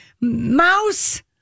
mouse